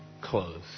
clothes